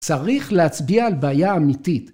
‫צריך להצביע על בעיה אמיתית.